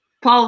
Paul